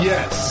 Yes